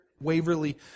Waverly